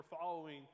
following